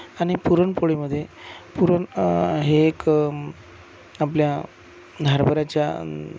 आणि पुरणपोळीमधे पुरण हे एक आपल्या हरभऱ्याच्या